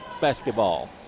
Basketball